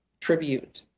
tribute